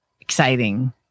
exciting